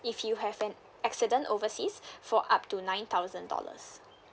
if you have an accident overseas for up to nine thousand dollars